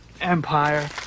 Empire